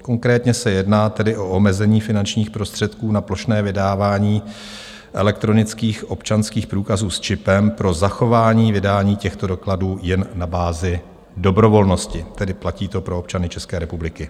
Konkrétně se jedná o omezení finančních prostředků na plošné vydávání elektronických občanských průkazů s čipem pro zachování vydání těchto dokladů jen na bázi dobrovolnosti, tedy platí to pro občany České republiky.